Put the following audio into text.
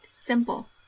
simple